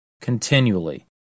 continually